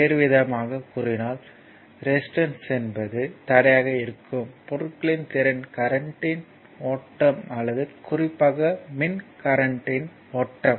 வேறுவிதமாகக் கூறினால் ரெசிஸ்டன்ஸ் என்பது தடையாக இருக்கும் பொருட்களின் திறன் கரண்ட்யின் ஓட்டம் அல்லது குறிப்பாக மின் கரண்ட்யின் ஓட்டம்